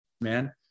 man